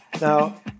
now